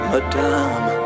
Madame